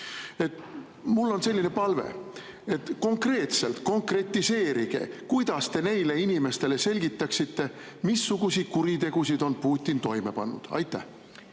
Mul on selline palve: konkretiseerige, kuidas te neile inimestele selgitaksite, missuguseid kuritegusid on Putin toime pannud. Aitäh,